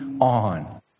on